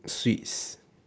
sweets